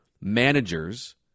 managers